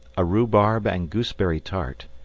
a rhubarb and gooseberry tart,